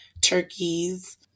turkeys